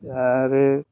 आरो